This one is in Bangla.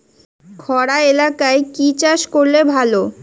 খরা এলাকায় কি চাষ করলে ভালো?